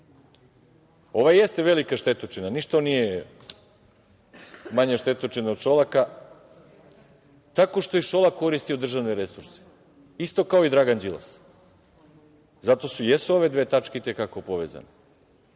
Ovaj jeste velika štetočina, ništa nije manja štetočina od Šolaka tako što je i Šolak koristio državne resurse, isto kao i Dragan Đilas, zato i jesu ove dve tačke i te kako povezane. Kad